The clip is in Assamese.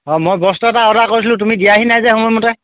অঁ মই বস্তু এটা অৰ্ডাৰ কৰিছিলোঁ তুমি দিয়াহি নাই যে সময়মতে